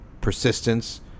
persistence